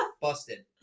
Busted